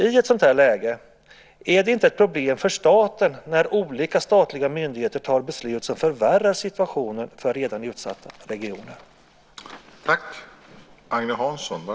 Är det inte i ett sådant läge ett problem för staten när olika statliga myndigheter tar beslut som förvärrar situationen för redan utsatta regioner?